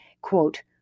Quote